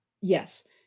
Yes